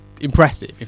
Impressive